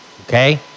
Okay